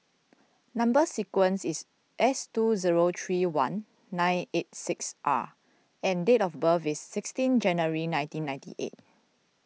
Number Sequence is S two zero three one nine eight six R and date of birth is sixteen January one thousand nine hundred and ninety eight